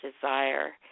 desire